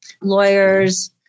lawyers